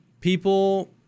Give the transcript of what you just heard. people